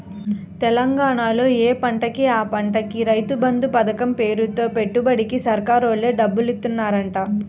తెలంగాణాలో యే పంటకి ఆ పంటకి రైతు బంధు పతకం పేరుతో పెట్టుబడికి సర్కారోల్లే డబ్బులిత్తన్నారంట